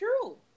true